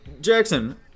Jackson